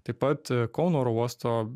taip pat kauno oro uosto